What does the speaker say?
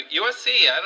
USC